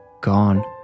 gone